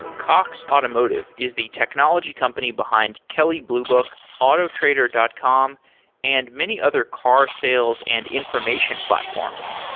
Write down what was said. cox automotive is the technology company behind kelly blue book, autotrader dot com and many other car sales and information platforms.